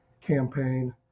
campaign